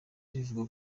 rivuga